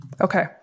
Okay